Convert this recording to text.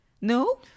No